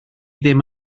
ddim